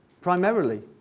primarily